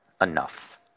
enough